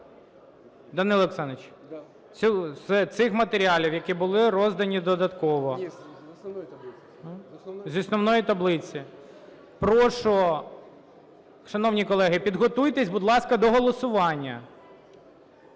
Данило Олександрович! З цих матеріалів, які були роздані додатково… З основної таблиці. Прошу… Шановні колеги, підготуйтесь, будь ласка, до голосування.